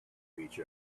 each